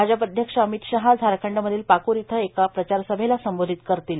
भाजप अध्यक्ष अमित शाह झारखंड मधील पाकूर इथं एका प्रचारसभेला संबोधित करतील